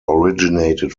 originated